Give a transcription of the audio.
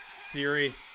Siri